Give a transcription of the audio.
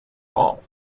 all